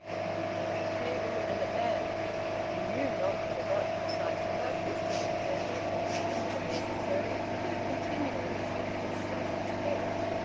he would need a table and a lamp he knew not for what precise purpose but a table and a lamp were necessary to the continuance of his self-respect.